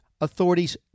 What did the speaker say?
authorities